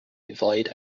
divide